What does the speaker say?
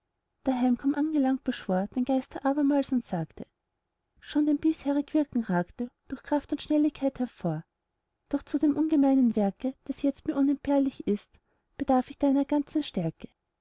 daheim kaum angelangt beschwor den geist er abermals und sagte schon dein bisherig wirken ragte durch kraft und schnelligkeit hervor doch zu dem ungemeinen werke das jetzt mir unentbehrlich ist bedarf ich deiner ganzen stärke